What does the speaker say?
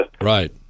Right